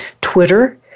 Twitter